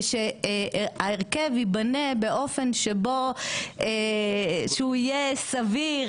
ושההרכב ייבנה באופן שיהיה סביר,